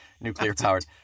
nuclear-powered